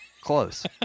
close